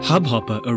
Hubhopper